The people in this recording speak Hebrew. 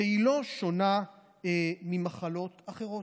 והיא לא שונה ממחלות אחרות.